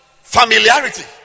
familiarity